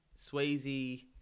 Swayze